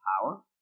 power